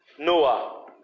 Noah